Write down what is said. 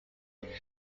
during